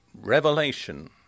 revelation